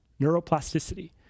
Neuroplasticity